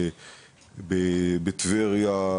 בטבריה,